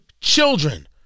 children